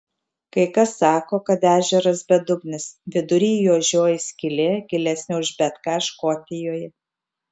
kai kas sako kad ežeras bedugnis vidury jo žioji skylė gilesnė už bet ką škotijoje